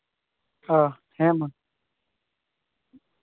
ᱚ ᱻ ᱦᱮᱸ ᱢᱟ